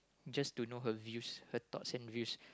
just to know her views her thoughts and views